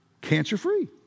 Cancer-free